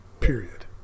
period